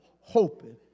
hoping